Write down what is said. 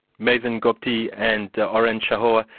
mazen qupty and oren shachor,